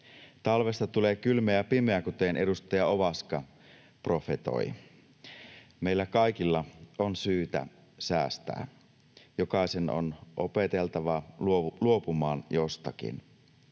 Talvesta tulee kylmä ja pimeä, kuten edustaja Ovaska profetoi. Meillä kaikilla on syytä säästää. Jokaisen on opeteltava luopumaan jostakin.